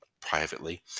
privately